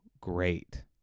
great